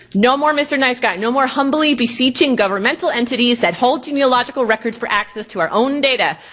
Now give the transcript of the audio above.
no more mister nice guy! no more humbly beseeching governmental entities that hold genealogical records for access to our own data.